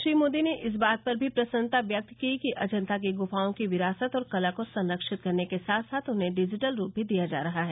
श्री मोदी ने इस बात पर भी प्रसन्नता व्यक्त की कि अजंता की गुफाओं की विरासत और कला को संरक्षित करने के साथ साथ उन्हे डिजिटल रूप भी दिया जा रहा है